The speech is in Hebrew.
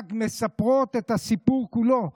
בנתב"ג מספרות את הסיפור כולו.